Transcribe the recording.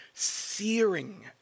searing